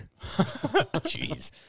Jeez